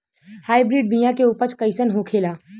Hybrid बीया के उपज कैसन होखे ला?